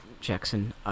Jackson